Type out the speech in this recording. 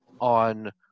on